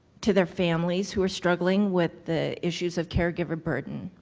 to their families who were struggling with the issues of caregiver burden.